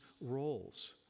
roles